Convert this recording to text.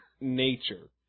nature